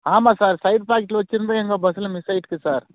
ஆமாம் sir side பாக்கெட்டில் வச்சுருந்த எங்கள் பஸ்ஸில் மிஸ் ஆயிட்டுருக்குது சார்